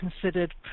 considered